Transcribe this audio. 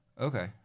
Okay